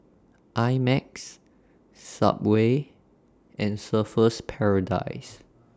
I Max Subway and Surfer's Paradise